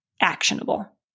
actionable